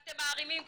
אתם מערימים קשיים,